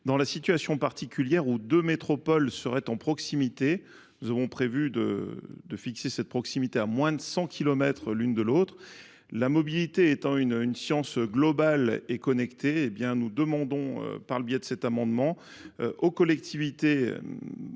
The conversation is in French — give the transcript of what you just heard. dans la situation particulière où deux métropoles seraient à proximité. Nous aurons prévu de de fixer cette proximité à 100 km l'une de l'autre la mobilité étant une science globale et connectée, nous demandons par le biais de cet amendement aux collectivités.